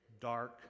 dark